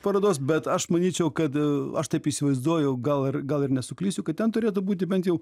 parodos bet aš manyčiau kad aš taip įsivaizduoju gal ir gal ir nesuklysiu kad ten turėtų būti bent jau